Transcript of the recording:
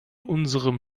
unserem